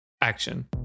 Action